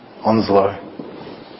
Onslow